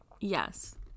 Yes